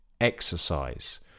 exercise